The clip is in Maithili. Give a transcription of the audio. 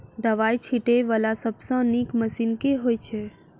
दवाई छीटै वला सबसँ नीक मशीन केँ होइ छै?